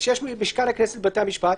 כשיש משכן הכנסת ובתי המשפט,